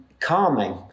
Calming